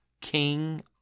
King